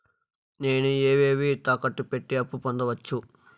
నేను ఏవేవి తాకట్టు పెట్టి అప్పు పొందవచ్చు?